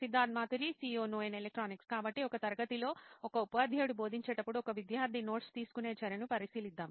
Siddharth Maturi CEO నోయిన్ electronics కాబట్టి ఒక తరగతిలో ఒక ఉపాధ్యాయుడు బోధించేటప్పుడు ఒక విద్యార్థి నోట్స్ తీసుకునే చర్యను పరిశీలిద్దాం